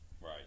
Right